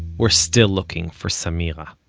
we're still looking for samira